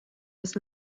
was